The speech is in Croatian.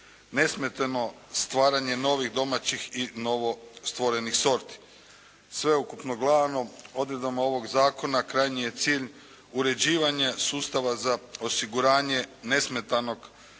nesmetano stvaranje novih domaćih i novo stvorenih sorti. Sveukupno gledano odredbama ovog zakona krajnji je cilj uređivanje sustava za osiguranje nesmetanog